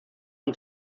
und